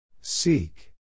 Seek